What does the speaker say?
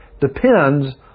depends